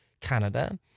Canada